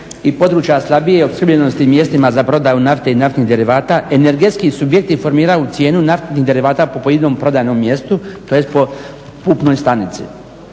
i područja slabije opskrbljenosti mjestima za prodaju nafte i naftnih derivata energetski subjekti formiraju cijenu naftnih derivata po pojedinom prodajnom mjestu tj. po …/Govornik